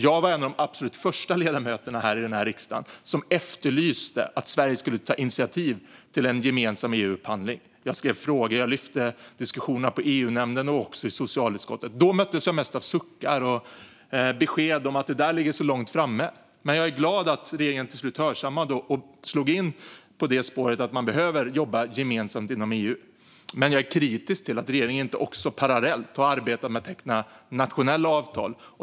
Jag var en av de absolut första ledamöterna i denna riksdag som efterlyste att Sverige skulle ta initiativ till en gemensam EU-upphandling. Jag skrev frågor, och jag lyfte upp det i diskussioner i EU-nämnden och också i socialutskottet. Då möttes jag mest av suckar och besked om att det låg så långt framme. Jag är glad över att regeringen till slut hörsammade detta och slog in på spåret att man behöver jobba gemensamt inom EU, men jag är kritisk till att regeringen inte parallellt har arbetat med att teckna nationella avtal.